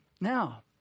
Now